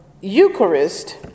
Eucharist